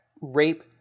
rape